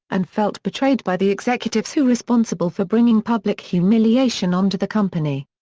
and felt betrayed by the executives who responsible for bringing public humiliation onto the company.